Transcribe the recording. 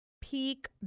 peak